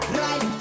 right